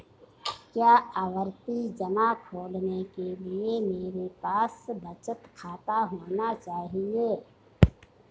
क्या आवर्ती जमा खोलने के लिए मेरे पास बचत खाता होना चाहिए?